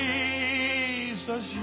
Jesus